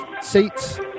seats